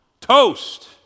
toast